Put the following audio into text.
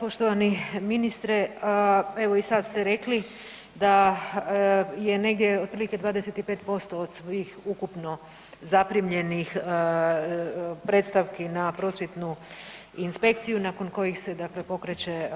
Poštovani ministre, evo i sad ste rekli da je negdje otprilike 25% od svih ukupno zaprimljenih predstavki na prosvjetnu inspekciju nakon kojih se dakle pokreće